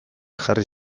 jarri